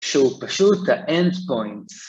שוב פשוט האנד-פוינט